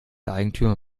eigentümer